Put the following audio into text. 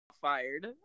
fired